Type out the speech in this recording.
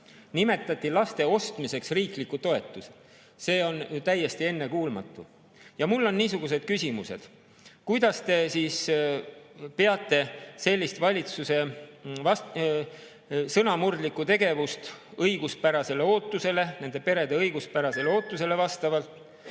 nimetati laste ostmiseks. See on ju täiesti ennekuulmatu! Mul on niisugused küsimused. Kuidas te peate sellist valitsuse sõnamurdlikku tegevust õiguspärasele ootusele, nende perede õiguspärasele ootusele vastavaks?